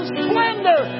splendor